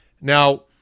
Now